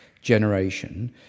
generation